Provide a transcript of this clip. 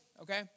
okay